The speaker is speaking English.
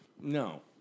no